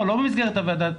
ברור, לא במסגרת הוועדה.